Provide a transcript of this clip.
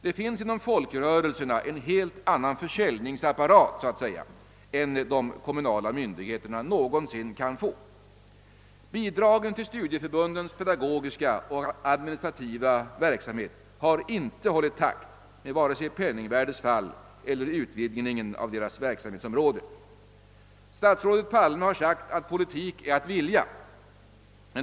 Det finns inom folkrörelserna en helt annan försäljningsapparat så att säga än de kommunala myndigheterna någonsin kan få. Bidragen till studieförbundens pedagogiska och administrativa verksamhet har inte hållit takt med vare sig penningvärdets fall eller utvidgningen av deras verksamhetsområde. Herr statsrådet Palme har sagt att politik är att vilja.